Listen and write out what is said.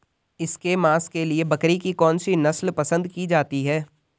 इसके मांस के लिए बकरी की कौन सी नस्ल पसंद की जाती है?